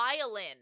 violin